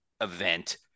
event